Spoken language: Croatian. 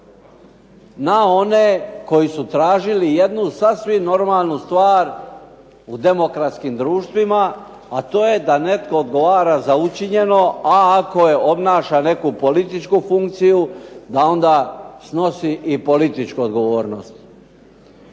na one koji su tražili jednu sasvim normalnu stvar u demokratskim društvima, a to je da netko odgovara za učinjeno, a ako obnaša neku političku funkciju da onda snosi i političku odgovornost.